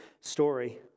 story